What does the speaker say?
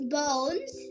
bones